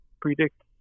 predict